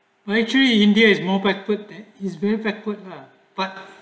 actually india is more backward is very backward lah